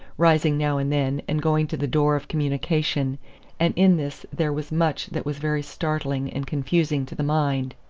rising now and then and going to the door of communication and in this there was much that was very startling and confusing to the mind.